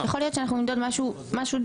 יכול להיות שאנחנו נמדוד משהו דומה,